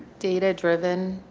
data-driven.